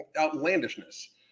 outlandishness